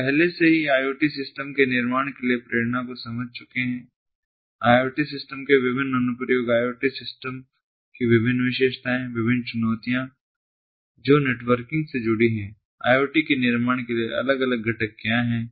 हम पहले से ही IoT सिस्टम के निर्माण के लिए प्रेरणा को समझ चुके हैं IoT सिस्टम के विभिन्न अनुप्रयोग IoT सिस्टम की विभिन्न विशेषताएं विभिन्न चुनौतियां जो नेटवर्किंग से जुड़ी हैं IoT के निर्माण के लिए अलग अलग घटक क्या हैं